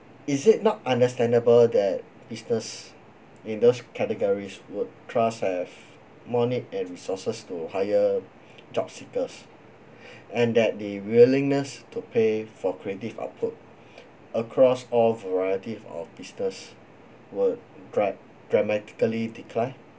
is it not understandable that business in those categories would trust have money and resources to hire job seekers and that the willingness to pay for creative output across all variety of business would dram~ dramatically decline